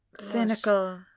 Cynical